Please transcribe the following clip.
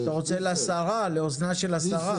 אתה רוצה לאוזניה של השרה?